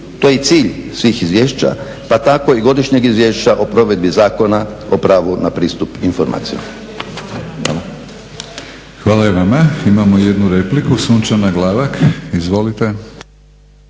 To je i cilj svih izvješća, pa tako i Godišnjeg izvješća o provedbi Zakona o pravu na pristup informacijama. Hvala. **Batinić, Milorad (HNS)** Hvala i vama. Imamo jednu repliku, Sunčana Glavak. Izvolite.